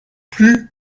plus